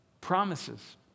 Promises